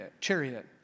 chariot